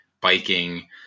biking